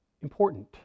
important